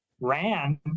ran